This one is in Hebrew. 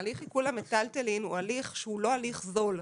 הליך עיקול המיטלטלין הוא הליך שהוא לא הליך זול.